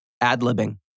Ad-libbing